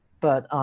but